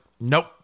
nope